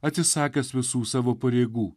atsisakęs visų savo pareigų